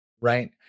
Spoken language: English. Right